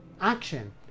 action